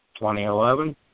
2011